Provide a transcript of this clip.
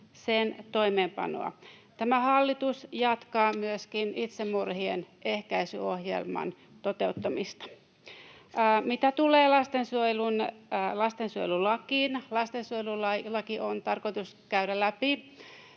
sen toimeenpanoa. Tämä hallitus jatkaa myöskin itsemurhien ehkäisyohjelman toteuttamista. Mitä tulee lastensuojelulakiin, lastensuojelulaki on tarkoitus käydä läpi